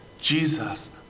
Jesus